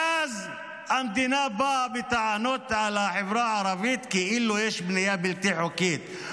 ואז המדינה באה בטענות לחברה הערבית כאילו יש בנייה בלתי חוקית,